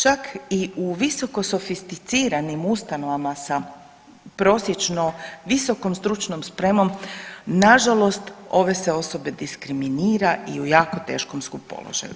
Čak i u visokosofisticiranim ustanovama sa prosječno visokom stručnom spremom nažalost ove se osobe diskriminira i u jako teškom su položaju.